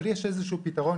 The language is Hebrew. אבל יש איזה שהוא פתרון,